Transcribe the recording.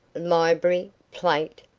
library, plate,